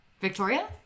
Victoria